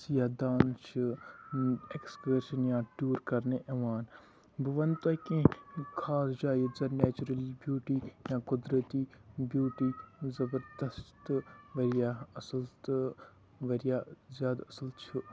سیاح دان چھِ اٮ۪کٕسکرشَن یا ٹور کرنہِ یِوان بہٕ وَنہٕ تۄہہِ کیٚنہہ خاص جایہِ ییٚتہِ زَن نیچُرٔلی بیوٹی یا کانہہ قُدرَتی بیوٹی زَبردست تہٕ واریاہ اَصٕل تہٕ واریاہ زیادٕ اَصل چھِ